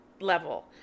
level